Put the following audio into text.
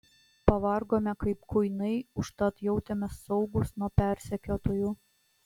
pavargome kaip kuinai užtat jautėmės saugūs nuo persekiotojų